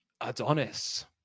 Adonis